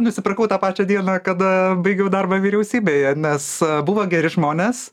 nusipirkau tą pačią dieną kada baigiau darbą vyriausybėje nes buvo geri žmonės